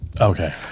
Okay